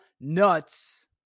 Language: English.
nuts